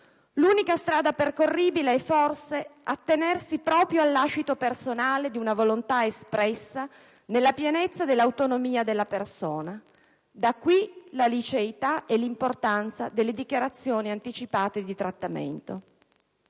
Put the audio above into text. L'unica strada percorribile è forse attenersi proprio al lascito personale di una volontà espressa nella pienezza dell'autonomia della persona; da qui la liceità e l'importanza delle dichiarazioni anticipate di trattamento.